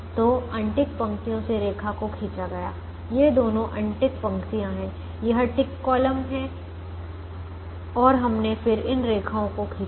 तो अनटिक पंक्तियों से रेखा को खींचा गया ये दोनों अनटिक पंक्तियाँ हैं यह टिक कॉलम है और हमने फिर इन रेखाओं को खींचा